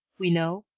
we know,